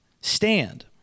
stand